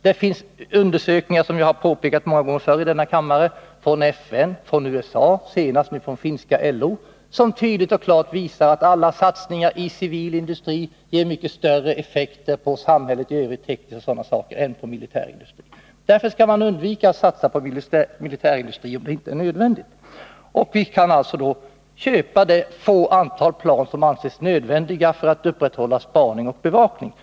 Det finns — som jag påpekat många gånger förut i denna kammare — undersökningar från FN, från USA och senast från finska LO som tydligt och klart visar att alla satsningar på civil industri ger mycket större effekt i samhället i övrigt än satsningar på militär industri. Därför skall vi undvika att satsa på militär industri, om det inte är nödvändigt. Vi kan köpa det fåtal plan som anses nödvändiga för att upprätthålla spaning och bevakning.